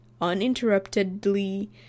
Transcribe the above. uninterruptedly